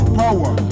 power